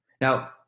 Now